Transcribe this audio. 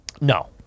no